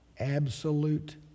Absolute